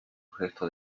gesto